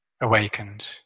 awakened